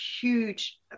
huge